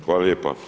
Hvala lijepa.